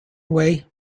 way